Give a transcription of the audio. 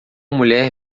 mulher